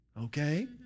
Okay